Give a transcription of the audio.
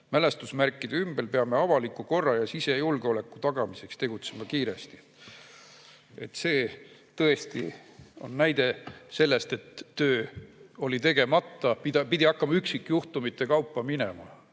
mälestusmärkide ümber, peame avaliku korra ja sisejulgeoleku tagamiseks tegutsema kiiresti. See tõesti on näide sellest, et töö oli tegemata, pidi hakkama üksikjuhtumite kaupa minema.